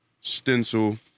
stencil